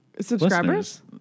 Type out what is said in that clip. subscribers